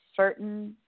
certain